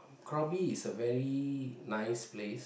Krabi is a very nice place